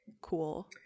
Cool